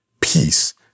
peace